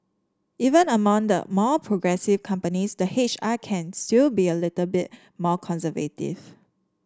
even among the more progressive companies the H R can still be a little bit more conservative